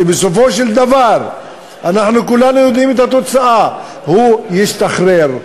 כשבסופו של דבר אנחנו כולנו יודעים את התוצאה: הוא ישתחרר.